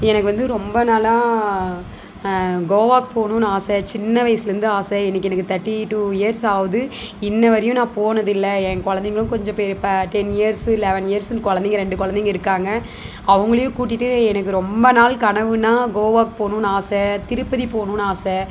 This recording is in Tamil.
எனக்கு வந்து ரொம்ப நாளா கோவாக்கு போகணுன்னு ஆசை சின்ன வயசுலேருந்து ஆசை எனக்கு இன்றைக்கி தர்ட்டி டூ இயர்ஸ் ஆகுது இன்ன வரையும் நான் போனதில்ல ஏ குழந்தைங்களும் கொஞ்சம் பெ ப டென் இயர்ஸு லெவன் இயர்ஸுன் குழந்தைங்கள் ரெண்டு குழந்தைங்க இருக்காங்கள் அவங்களையும் கூட்டிகிட்டு எனக்கு ரொம்ப நாள் கனவுன்னா கோவாக்கு போகணுன்னு ஆசை திருப்பதி போகணுன்னு ஆசை